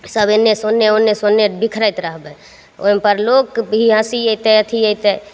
सभ ओन्नेसे ओन्नेसे ओन्ने बिखरैत रहबै ओहिपर लोककेँ भी हँसी अएतै अथी अएतै